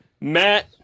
Matt